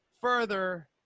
further